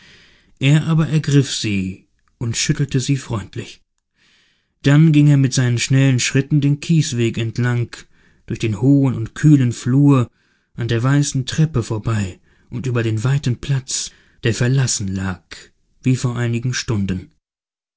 er aber ergriff sie und schüttelte sie freundlich dann ging er mit seinen schnellen schritten den kiesweg entlang durch den hohen und kühlen flur an der weißen treppe vorbei und über den weiten platz der verlassen lag wie vor einigen stunden